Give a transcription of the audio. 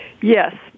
Yes